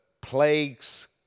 plagues